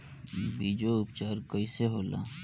बीजो उपचार कईसे होला?